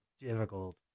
difficult